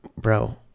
bro